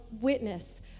witness